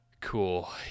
Cool